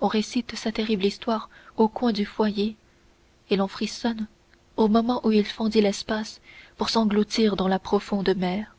on récite sa terrible histoire au coin du foyer et l'on frissonne au moment où il fendit l'espace pour s'engloutir dans la profonde mer